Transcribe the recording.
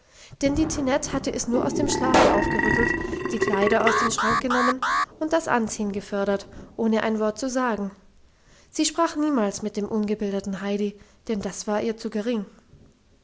denn die tinette hatte es nur aus dem schlafe aufgerüttelt die kleider aus dem schrank genommen und das anziehen gefördert ohne ein wort zu sagen sie sprach niemals mit dem ungebildeten heidi denn das war ihr zu gering